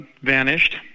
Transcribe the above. vanished